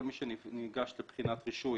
כל מי שניגש לבחינת רישוי.